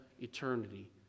eternity